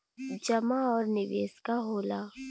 जमा और निवेश का होला?